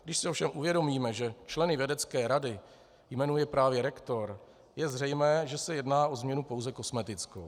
Když si ovšem uvědomíme, že členy vědecké rady jmenuje právě rektor, je zřejmé, že se jedná o změnu pouze kosmetickou.